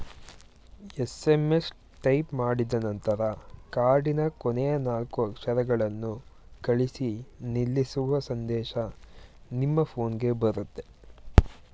SMS type ಮಾಡಿದನಂತರ ಕಾರ್ಡಿನ ಕೊನೆಯ ನಾಲ್ಕು ಅಕ್ಷರಗಳನ್ನು ಕಳಿಸಿ ನಿಲ್ಲಿಸುವ ಸಂದೇಶ ನಿಮ್ಮ ಫೋನ್ಗೆ ಬರುತ್ತೆ